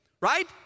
right